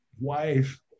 wife